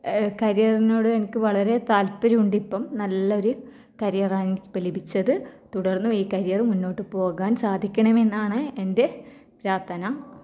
കരിയറിനോട് എനിക്ക് വളരെ താല്പര്യമുണ്ടിപ്പം നല്ലൊരു കരിയർ ആണ് എനിക്കിപ്പം ലഭിച്ചത് തുടർന്നും ഈ കരിയർ മുന്നോട്ട് പോകാൻ സാധിക്കണമെന്നാണ് എൻ്റെ പ്രാർത്ഥന